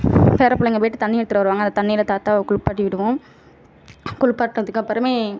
பேரன் பிள்ளைங்க போய்ட்டு தண்ணி எடுத்துகிட்டு வருவாங்க அந்த தண்ணியில் தாத்தாவை குளிப்பாட்டி விடுவோம் குளிப்பாட்டினதுக்கப்புறமே